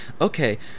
Okay